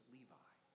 Levi